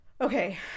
Okay